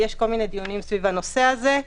יש כל מיני דיונים סביב הנושא הזה,